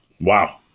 Wow